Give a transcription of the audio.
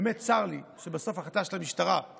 באמת, צר לי שבסוף ההחלטה של המשטרה היא